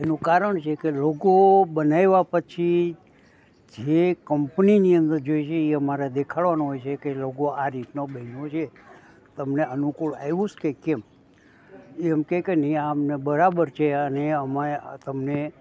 એનું કારણ છે કે લોગો બનાવ્યા પછી જે કંપનીની અંદર જોઈશે એ અમારે દેખાડવાનો હોય છે કે લોગો આ રીતનો બન્યો છે તમને અનુકૂળ આવ્યું કે કેમ એ એમ કહે કે નહીં આ અમને બરાબર છે અને અમે તમને